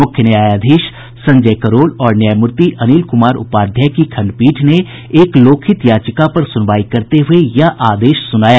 मुख्य न्यायाधीश संजय करोल और न्यायमूर्ति अनिल कुमार उपाध्याय की खंडपीठ ने एक लोकहित याचिका पर सुनवाई करते हुये यह आदेश सुनाया